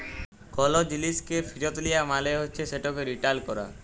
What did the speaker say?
call জিলিসকে ফিরত লিয়া মালে হছে সেটকে রিটার্ল ক্যরা